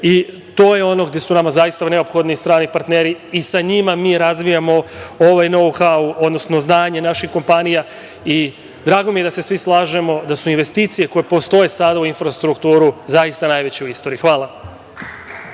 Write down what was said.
i to je ono gde su nama zaista neophodni strani partneri i sa njima mi razvijamo ovaj „nou-hau“, odnosno znanje naših kompanija. Drago mi je da se svi slažemo da su investicije koje postoje sa da u infrastrukturi zaista najveće u istoriji. Hvala.